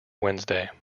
wednesday